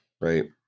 Right